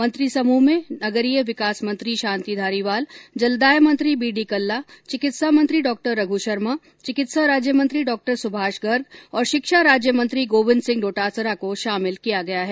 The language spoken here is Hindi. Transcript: मंत्री समूह में नगरीय विकास मंत्री शांति धारीवाल जलदाय मंत्री बी डी कल्ला चिकित्सा मंत्री डॉ रघु शर्मा चिकित्सा राज्य मंत्री डॉ सुभाष गर्ग और शिक्षा राज्यमंत्री गोविन्द सिंह डोटासरा को शामिल किया गया है